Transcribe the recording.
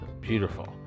beautiful